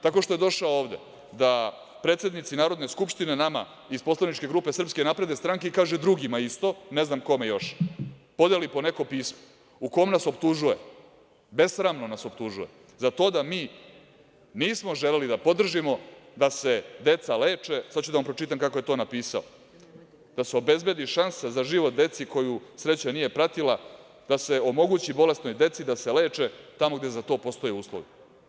Tako što je došao ovde da predsednici Narodne skupštine, nama iz poslaničke grupe SNS i, kaže drugima isto, ne znam kome još, podeli po neko pismo u kome nas optužuje, besramno nas optužuje za to da mi nismo želeli da podržimo da se deca leče, sad ću da vam pročitam kako je to napisao - Da se obezbedi šansa za život deci koju sreća nije pratila, da se omogući bolesnoj deci da se leče tamo gde za to postoje uslovi.